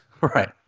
right